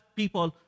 people